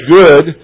good